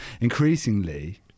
increasingly